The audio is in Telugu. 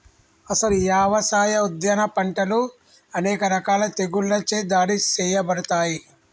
అసలు యవసాయ, ఉద్యాన పంటలు అనేక రకాల తెగుళ్ళచే దాడి సేయబడతాయి